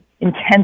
intense